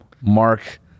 Mark